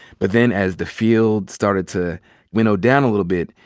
but then, as the field started to winnow down a little bit,